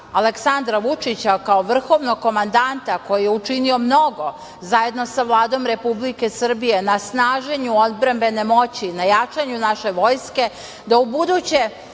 Aleksandra Vučića, kao vrhovnog komandanta koji je učinio mnogo zajedno sa Vladom Republike Srbije na snaženju odbrambene moći, na jačanju naše Vojske, da ubuduće